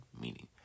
meaning